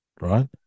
right